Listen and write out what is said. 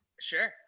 sure